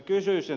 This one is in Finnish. kysyisin